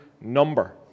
number